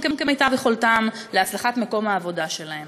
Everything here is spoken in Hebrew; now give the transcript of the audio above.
כמיטב יכולתם להצלחת מקום העבודה שלהם.